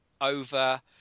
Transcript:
over